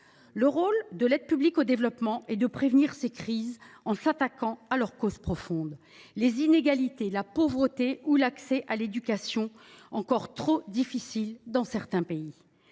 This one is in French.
Le rôle de l’aide publique au développement est de prévenir ces crises en s’attaquant à leurs causes profondes : les inégalités, la pauvreté ou les difficultés d’accès à l’éducation, encore trop fortes dans certains pays.